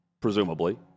presumably